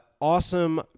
awesome